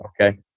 Okay